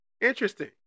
Interesting